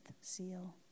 seal